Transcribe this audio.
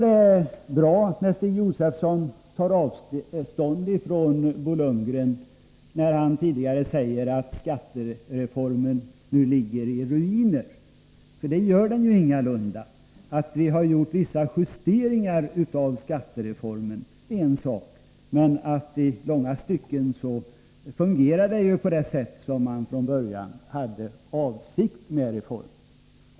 Det är bra när Stig Josefson tar avstånd från Bo Lundgrens uttalande att skattereformen nu ligger i ruiner. Det gör den ju ingalunda. Att vi har gjort vissa justeringar i skattereformen är en sak. I långa stycken fungerar den dock på det sätt som från början var avsikten.